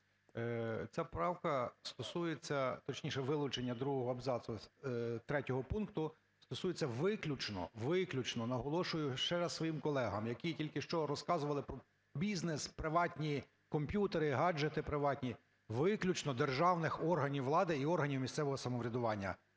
Ця правка стосується, точніше, вилучення другого абзацу третього пункту стосується виключно, виключно, наголошую ще раз своїм колегам, які тільки що розказували про бізнес, приватні комп'ютери, гаджети приватні виключно державних органів влади і органів місцевого самоврядування.